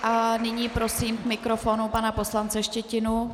A nyní prosím k mikrofonu pana poslance Štětinu.